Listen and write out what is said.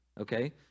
okay